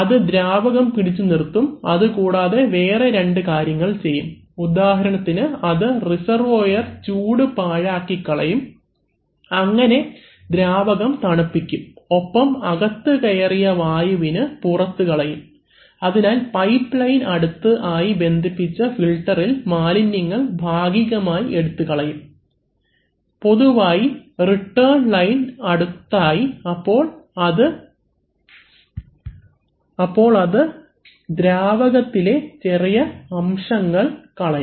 അത് ദ്രാവകം പിടിച്ചുനിർത്തും അത് കൂടാതെ വേറെ രണ്ട് കാര്യങ്ങൾ ചെയ്യും ഉദാഹരണത്തിന് അത് റിസർവോയർ ചൂട് പാഴാക്കി കളയും അങ്ങനെ ദ്രാവകം തണുപ്പിക്കും ഒപ്പം അകത്തുകയറിയ വായുവിന് പുറത്തു കളയും അതിനാൽ പൈപ്പ് ലൈൻ അടുത്ത് ആയി ബന്ധിപ്പിച്ച ഫിൽറ്ററിൽ മാലിന്യങ്ങൾ ഭാഗികമായി എടുത്തു കളയും പൊതുവായി റിട്ടേൺ ലൈൻ അടുത്തായി അപ്പോൾ അത് ദ്രാവകത്തിലെ ചെറിയ അംശങ്ങൾ കളയും